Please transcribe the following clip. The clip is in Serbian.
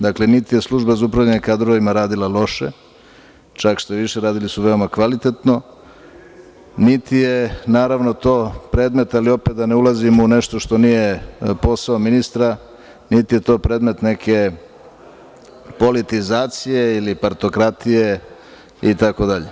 Dakle, niti je Služba za upravljanje kadrovima radila loše, štaviše radili su veoma kvalitetno, ali opet da ne ulazimo u nešto što nije posao ministra, niti je to predmet neke politizacije ili partokratije, itd.